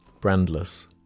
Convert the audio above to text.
Brandless